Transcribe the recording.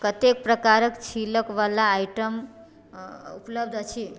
कतेक प्रकारक छीलकवला आइटम उपलब्ध अछि